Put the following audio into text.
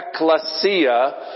Ecclesia